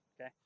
okay